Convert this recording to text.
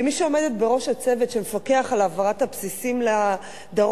כמי שעומדת בראש הצוות שמפקח על העברת הבסיסים לדרום,